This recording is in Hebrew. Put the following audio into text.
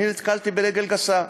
נתקלתי ברגל גסה.